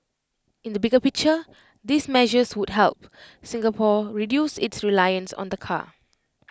in the bigger picture these measures would help Singapore reduce its reliance on the car